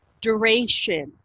duration